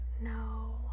No